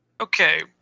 Okay